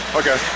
okay